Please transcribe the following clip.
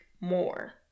more